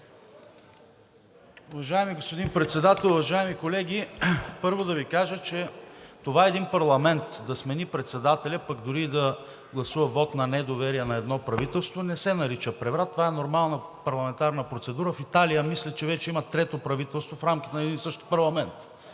Уважаеми господин Председател, уважаеми колеги! Първо, да Ви кажа, че това един парламент да смени председателя, пък дори и да гласува вот на недоверие на едно правителство, не се нарича преврат, това е нормална парламентарна процедура. В Италия, мисля, че вече има трето правителство в рамките на един и същ парламент.